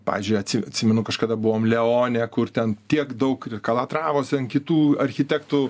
pavyzdžiui atsimenu kažkada buvom leone kur ten tiek daug ir kalatravos ten kitų architektų